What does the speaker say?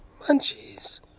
Munchies